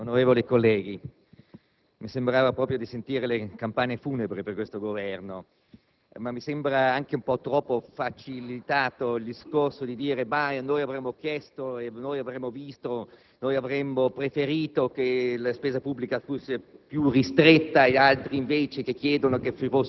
Signor Presidente, onorevoli colleghi, mi sembrava proprio di sentire le campane funebri per questo Governo, ma mi sembra anche un po' troppo facile dire che noi avremmo chiesto, noi avremmo visto, noi avremmo preferito che la spesa pubblica fosse